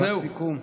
משפט סיכום.